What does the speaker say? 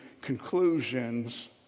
conclusions